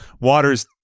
Waters